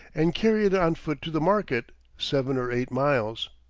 and carry it on foot to the market, seven or eight miles.